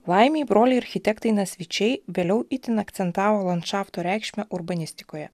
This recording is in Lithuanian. laimei broliai architektai nasvyčiai vėliau itin akcentavo landšafto reikšmę urbanistikoje